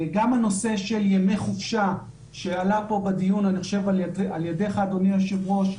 גם הנושא של ימי חופשה שעלה כאן בדיון על ידך אדוני היושב ראש.